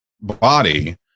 body